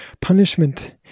Punishment